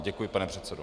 Děkuji, pane předsedo.